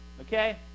Okay